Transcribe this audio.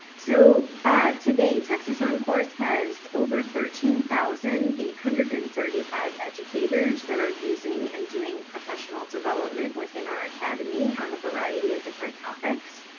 so today texas oncourse has over thirteen thousand eight hundred and thirty five educators that are using and doing professional development within our academy on a variety of different topics.